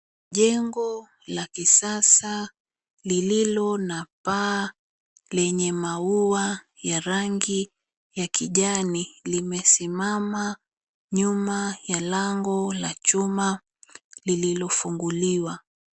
Jengo la kisasa lililo na paa lenye maua ya rangi ya kijani, limesimama nyuma ya lango la chuma lililo funguliwa.